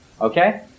okay